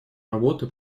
работы